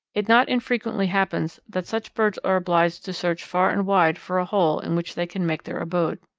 it not infrequently happens that such birds are obliged to search far and wide for a hole in which they can make their abode.